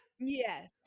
Yes